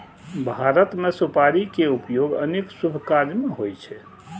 भारत मे सुपारी के उपयोग अनेक शुभ काज मे होइ छै